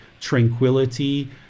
tranquility